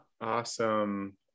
Awesome